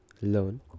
learn